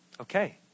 Okay